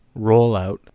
rollout